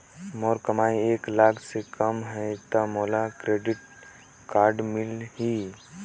मोर कमाई एक लाख ले कम है ता मोला क्रेडिट कारड मिल ही?